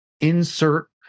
insert